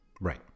Right